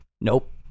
Nope